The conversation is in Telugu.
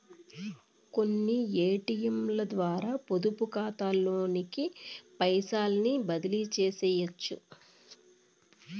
కొన్ని ఏటియంలద్వారా పొదుపుకాతాలోకి పైసల్ని బదిలీసెయ్యొచ్చు